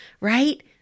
right